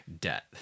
debt